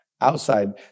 outside